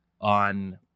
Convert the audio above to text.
on